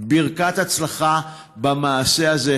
ברכת הצלחה במעשה הזה.